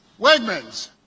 Wegmans